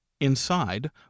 Inside